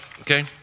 Okay